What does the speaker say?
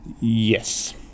yes